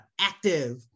active